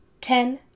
ten